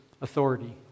authority